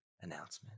announcement